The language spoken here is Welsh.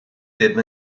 ddim